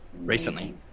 recently